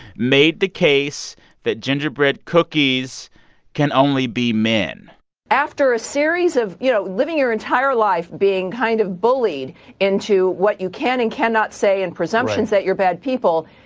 made the case that gingerbread cookies can only be men after a series of, you know, living your entire life being kind of bullied into what you can and cannot say and presumptions. right. that you're bad people,